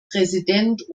präsident